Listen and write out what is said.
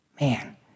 Man